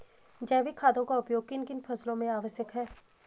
जैविक खादों का उपयोग किन किन फसलों में आवश्यक है?